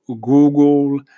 Google